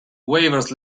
waivers